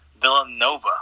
Villanova